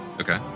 Okay